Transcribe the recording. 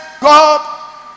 God